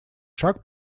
шаг